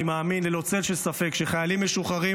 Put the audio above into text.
אני מאמין ללא צל של ספק שחיילים משוחררים